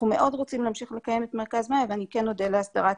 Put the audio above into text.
זה קצת לא נראה לי סביר.